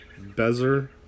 Bezer